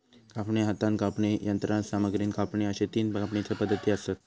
कापणी, हातान कापणी, यंत्रसामग्रीन कापणी अश्ये तीन कापणीचे पद्धती आसत